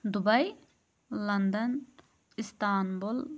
Dubai London Istanbul